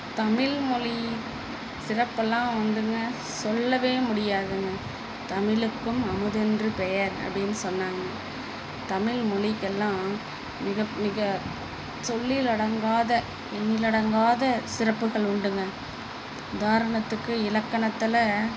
தமிழ்மொழி சிறப்பெல்லாம் வந்துங்க சொல்லவே முடியாதுங்கள் தமிழுக்கும் அமுதென்று பெயர் அப்படின்னு சொன்னாங்கள் தமிழ் மொழிக்கெல்லாம் மிக மிக சொல்லிலடங்காத எண்ணிலடங்காத சிறப்புகள் உண்டுங்க உதாரணத்துக்கு இலக்கணத்தில்